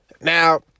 Now